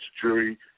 jury